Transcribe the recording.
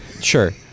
Sure